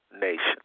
nation